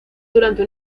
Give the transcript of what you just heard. durante